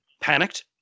panicked